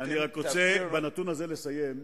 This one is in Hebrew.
אני רוצה בנתון הזה לסיים,